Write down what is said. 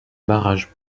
barrage